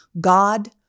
God